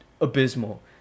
abysmal